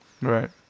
right